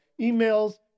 emails